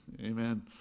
Amen